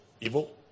evil